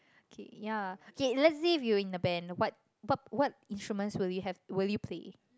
K ya okay let's say if you are in the band what what what instrument would you have would you play